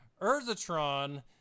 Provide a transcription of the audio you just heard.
Urzatron